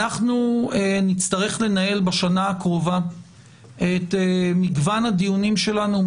אנחנו נצטרך לנהל בשנה הקרובה את מגוון הדיונים שלנו,